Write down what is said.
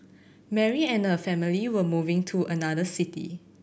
Mary and her family were moving to another city